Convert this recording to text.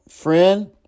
friend